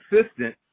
assistant